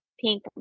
pink